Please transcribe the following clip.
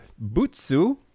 Butsu